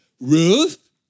Ruth